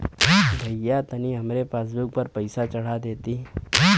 भईया तनि हमरे पासबुक पर पैसा चढ़ा देती